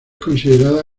considerada